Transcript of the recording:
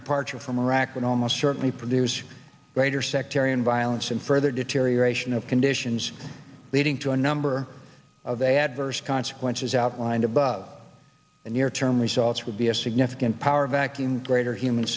departure from iraq would almost certainly produce greater sectarian violence and further deterioration of conditions leading to a number of adverse consequences outlined above the near term results would be a significant power vacuum greater human